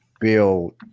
build